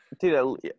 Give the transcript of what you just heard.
Dude